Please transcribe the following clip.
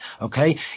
Okay